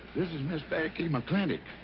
this is miss becky mclintock.